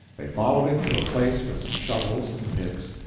they followed him to a place with some shovels and picks,